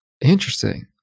Interesting